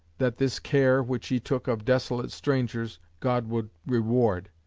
that this care, which he took of desolate strangers, god would reward.